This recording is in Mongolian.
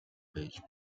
байж